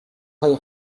های